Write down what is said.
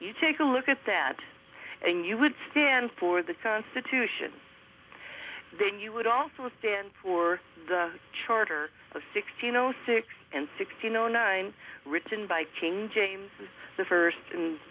you take a look at that and you would stand for the constitution then you would also stand for the charter of sixteen zero six and sixteen zero nine written by king james the first